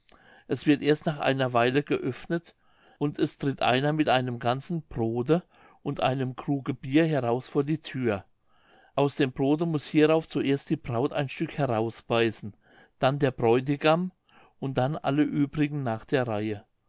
es wird erst nach einer weile geöffnet und es tritt dann einer mit einem ganzen brodte und einem kruge bier heraus vor die thür aus dem brodte muß hierauf zuerst die braut ein stück herausbeißen dann der bräutigam und dann alle uebrigen nach der reihe